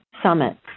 Summit